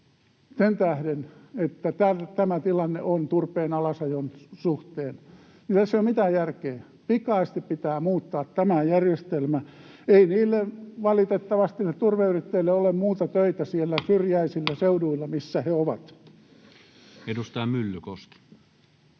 sen tähden, että on tämä tilanne turpeen alasajon suhteen. Tässä ei ole mitään järkeä. Pikaisesti pitää muuttaa tämä järjestelmä. Valitettavasti niille turveyrittäjille ei ole muita töitä siellä syrjäisillä seuduilla, missä he ovat. Edustaja Myllykoski.